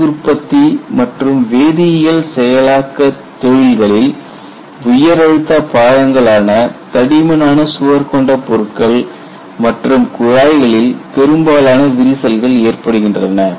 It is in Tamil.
மின் உற்பத்தி மற்றும் வேதியியல் செயலாக்கத் தொழில்களில் உயரழுத்த பாகங்களான தடிமனான சுவர் கொண்ட பொருட்கள் மற்றும் குழாய்களில் பெரும்பாலான விரிசல்கள் ஏற்படுகின்றன